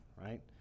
Right